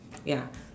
ya